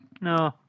No